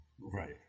Right